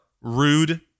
Rude